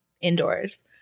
indoors